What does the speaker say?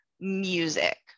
music